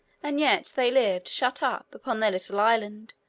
and yet they lived shut up upon their little island,